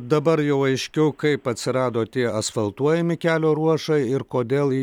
dabar jau aiškiau kaip atsirado tie asfaltuojami kelio ruožai ir kodėl į